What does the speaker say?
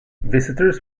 visitors